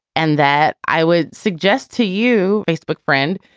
and that i would suggest to you, facebook friend,